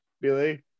Billy